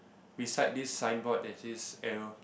beside this sign board there's this arrow